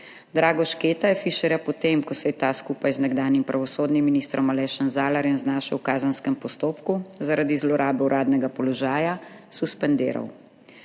Drago Šketa je Fišerja potem, ko se je ta skupaj z nekdanjim pravosodnim ministrom Alešem Zalarjem znašel v kazenskem postopku zaradi zlorabe uradnega položaja, suspendiral.